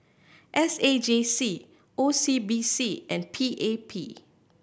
S A J C O C B C and P A P